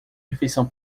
refeição